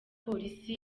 polisi